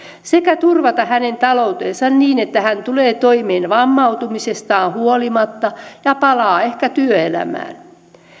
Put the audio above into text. sekä turvata hänen taloutensa niin että hän tulee toimeen vammautumisestaan huolimatta ja palaa ehkä työelämään